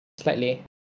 slightly